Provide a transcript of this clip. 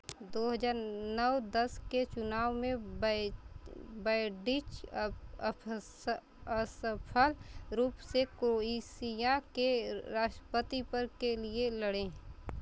दो हज़ार नौ दस के चुनाव में बै बैडिच अप अफस्स असफल रूप से क्रोएशिया के राष्ट्रपति पद के लिए लड़े